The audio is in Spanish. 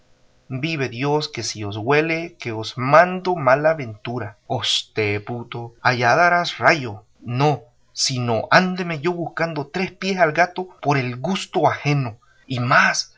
vive dios que si os huele que os mando mala ventura oxte puto allá darás rayo no sino ándeme yo buscando tres pies al gato por el gusto ajeno y más